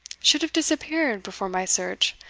should have disappeared before my search,